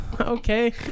Okay